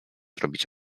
robić